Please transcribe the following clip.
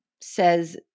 says